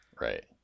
Right